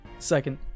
Second